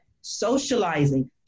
Socializing